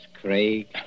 Craig